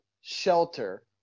shelter